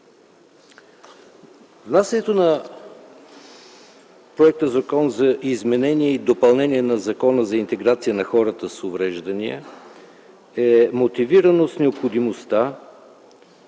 Внасянето на проекта на Закон за изменение и допълнение на Закона за интеграция на хората с увреждания е мотивирано с необходимостта